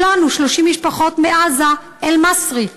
כולנו, 30 משפחות מעזה, אל-מסרי,